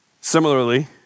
Similarly